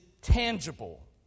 tangible